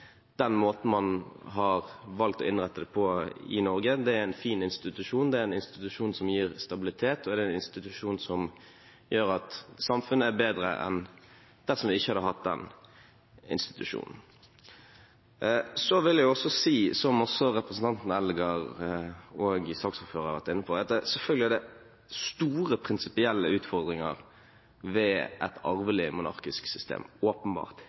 den måten man har valgt å innrette det på i Norge, en fin institusjon, en institusjon som gir stabilitet, og en institusjon som gjør at samfunnet er bedre enn om vi ikke hadde hatt den institusjonen. Jeg vil også si, som både representanten Eldegard og saksordføreren har vært inne på, at det selvfølgelig er store prinsipielle utfordringer med et arvelig monarkisk system – åpenbart